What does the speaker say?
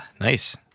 Nice